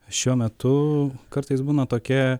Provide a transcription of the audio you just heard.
šiuo metu kartais būna tokia